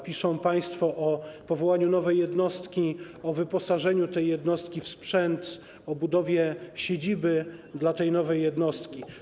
Piszą państwo o powołaniu nowej jednostki, o wyposażeniu tej jednostki w sprzęt, o budowie siedziby dla tej nowej jednostki.